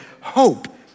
Hope